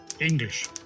English